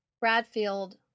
Bradfield